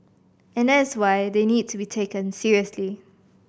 and that is why they need to be taken seriously